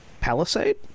palisade